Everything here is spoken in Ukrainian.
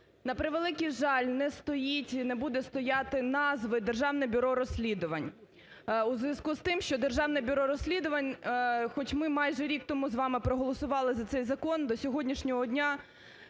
на превеликий жаль, не стоїть і не буде стояти назви "Державне бюро розслідувань", у зв'язку з тим, що Державне бюро розслідувань, хоч ми майже рік тому з вами проголосували за цей закон, до сьогоднішнього дня